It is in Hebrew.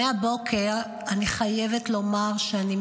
אני חייבת לומר: מהבוקר אני